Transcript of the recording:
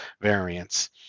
variants